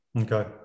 okay